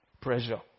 pressure